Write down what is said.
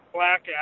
Black